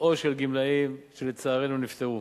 או של גמלאים שלצערנו נפטרו.